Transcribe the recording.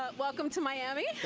um welcome to miami.